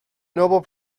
nobel